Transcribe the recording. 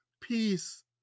peace